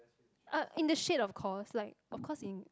uh in the shade of course like of course in